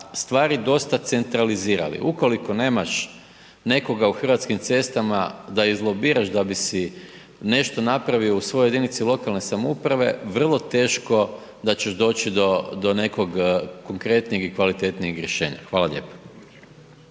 stvari dosta centralizirali, ukoliko nemaš nekoga u Hrvatskim cestama da izlobiraš da bi si nešto napravio u svojoj jedinici lokalne samouprave, vrlo teško da ćeš doći do, do nekog konkretnijeg i kvalitetnijeg rješenja. Hvala lijepa.